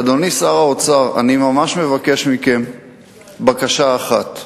אדוני שר האוצר, אני ממש מבקש מכם בקשה אחת,